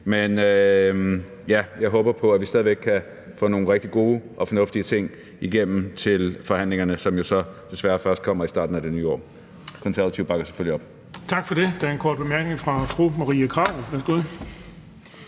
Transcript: Men jeg håber på, at vi stadig væk kan få nogle rigtig gode og fornuftige ting igennem til forhandlingerne, som jo så desværre først kommer i starten af det nye år.